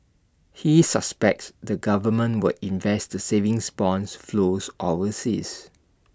he suspects the government would invest the savings bonds flows overseas